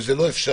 וזה לא אפשרי.